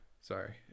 sorry